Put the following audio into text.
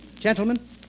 Gentlemen